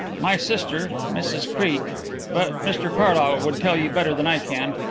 my sister, mrs creake but mr carlyle would tell you better than i can.